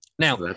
Now